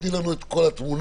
תני לנו את כל התמונה,